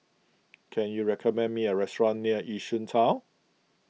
can you recommend me a restaurant near Yishun Town